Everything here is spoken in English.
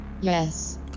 Yes